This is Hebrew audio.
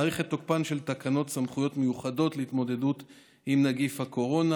42 מאריך את תוקפן של תקנות סמכויות מיוחדות להתמודדות עם נגיף הקורונה.